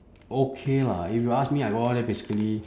okay lah if you ask me I go up there basically